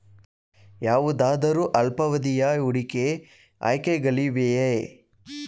ಯಾವುದಾದರು ಅಲ್ಪಾವಧಿಯ ಹೂಡಿಕೆ ಆಯ್ಕೆಗಳಿವೆಯೇ?